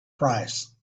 price